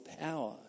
power